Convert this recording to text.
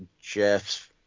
Jeff's